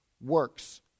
Works